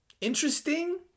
interesting